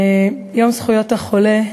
יום זכויות החולה,